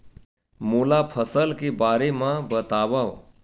मोला फसल के बारे म बतावव?